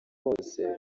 bose